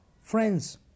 Friends